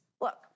Look